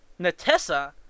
Natessa